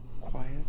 quiet